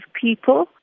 people